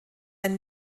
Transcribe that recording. ein